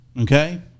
okay